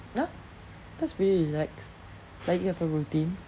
ya that's pretty relaxed like you have a routine